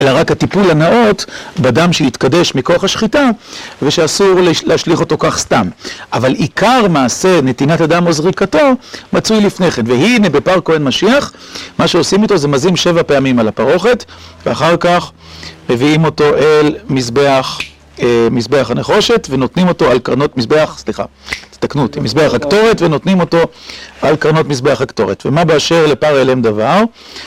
אלא רק הטיפול הנאות בדם שהתקדש מכוח השחיטה ושאסור להשליך אותו כך סתם. אבל עיקר מעשה נתינת הדם או זריקתו מצוי לפני כן. והנה בפר כהן משיח מה שעושים איתו זה מזים שבע פעמים על הפרוכת ואחר כך מביאים אותו אל מזבח, מזבח הנחושת ונותנים אותו על קרנות מזבח, סליחה, תתקנו אותי, מזבח הקטורת ונותנים אותו על קרנות מזבח הקטורת. ומה באשר לפר הלם דבר?